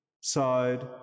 side